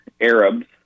Arabs